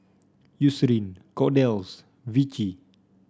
Eucerin Kordel's Vichy